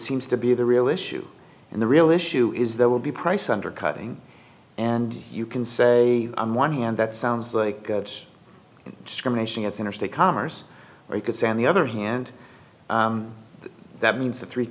seems to be the real issue and the real issue is there will be price undercutting and you can say i'm one hand that sounds like it's discrimination it's interstate commerce or you could say on the other hand that means the three